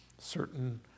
Certain